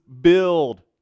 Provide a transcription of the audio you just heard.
build